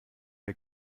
der